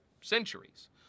centuries